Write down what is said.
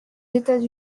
états